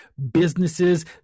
businesses